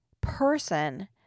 person